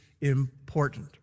important